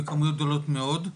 בכמויות גדולות מאוד,